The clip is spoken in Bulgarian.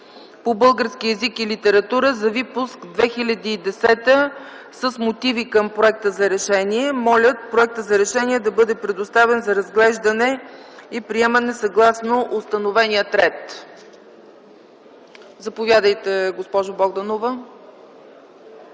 по български език и литература за випуск 2010 с мотиви към проекта за решение. Молят проектът за решение да бъде предоставен за разглеждане и приемане съгласно установения ред. Заповядайте, госпожо Богданова.